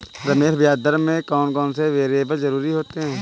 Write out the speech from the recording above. रमेश ब्याज दर में कौन कौन से वेरिएबल जरूरी होते हैं?